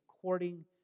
according